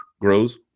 grows